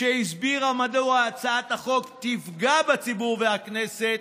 שהסבירה מדוע הצעת החוק תפגע בציבור ובכנסת,